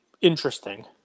interesting